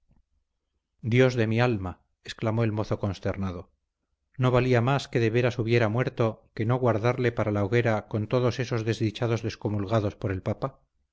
dios de mi alma exclamó el mozo consternado no valía más que de veras hubiera muerto que no guardarle para la hoguera con todos esos desdichados descomulgados por el papa